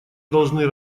должны